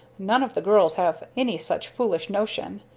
none of the girls have any such foolish notion.